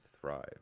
thrive